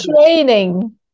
training